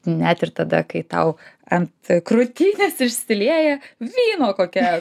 net ir tada kai tau ant krūtinės išsilieja vyno kokia